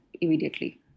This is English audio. immediately